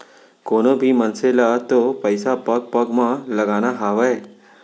कोनों भी मनसे ल तो पइसा पग पग म लगाना हावय